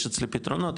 יש אצלי פתרונות,